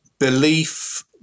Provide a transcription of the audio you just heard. belief